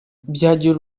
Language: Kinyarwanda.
byagira